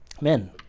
Men